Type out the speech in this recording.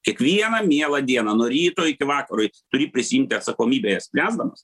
kiekvieną mielą dieną nuo ryto iki vakaro turi prisiimti atsakomybę jas spręsdamas